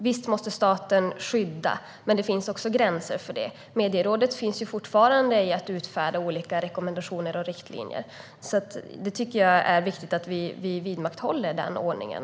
Visst måste staten skydda, men det finns gränser. Medierådet finns fortfarande för att utfärda olika rekommendationer och riktlinjer. Det är viktigt att vidmakthålla den ordningen.